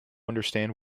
understand